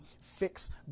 fix